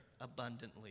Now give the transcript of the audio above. abundantly